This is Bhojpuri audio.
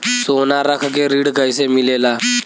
सोना रख के ऋण कैसे मिलेला?